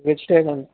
vegetarian